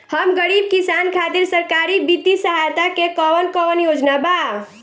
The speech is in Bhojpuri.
हम गरीब किसान खातिर सरकारी बितिय सहायता के कवन कवन योजना बा?